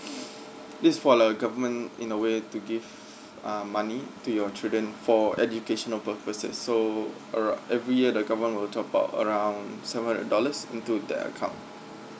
it's for the government in a way to give uh money to your children for educational purposes so err every year the government will top up around seven hundred dollars into that account